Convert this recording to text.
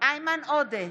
איימן עודה,